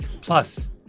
Plus